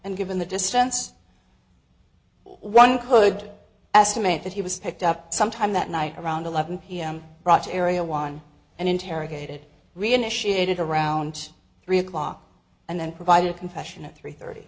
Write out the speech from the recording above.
and given the distance one could estimate that he was picked up sometime that night around eleven pm bracero won and interrogated reinitiated around three o'clock and then provided a confession at three thirty